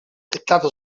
dettato